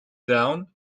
down